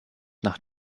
nach